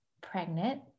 pregnant